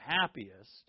happiest